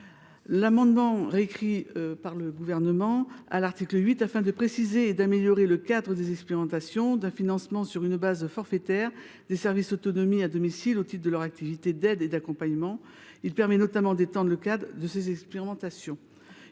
amendement vise à réécrire l’article 8 afin de préciser et d’améliorer le cadre des expérimentations d’un financement sur une base forfaitaire des services autonomie à domicile, au titre de leurs activités d’aide et d’accompagnement. Le Gouvernement étend le cadre de ces expérimentations